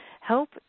help